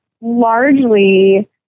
largely